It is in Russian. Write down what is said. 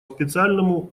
специальному